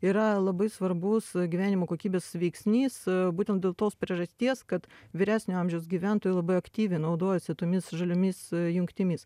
yra labai svarbus gyvenimo kokybės veiksnys būtent dėl tos priežasties kad vyresnio amžiaus gyventojai labai aktyviai naudojasi tomis žaliomis jungtimis